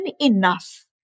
enough